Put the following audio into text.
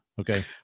Okay